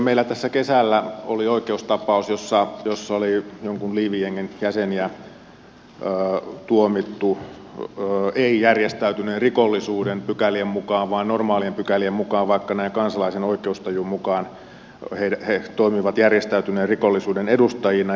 meillä tässä kesällä oli oikeustapaus jossa oli jonkun liivijengin jäseniä tuomittu ei järjestäytyneen rikollisuuden pykälien mukaan vaan normaalien pykälien mukaan vaikka näin kansalaisen oikeustajun mukaan he toimivat järjestäytyneen rikollisuuden edustajina